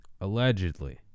Allegedly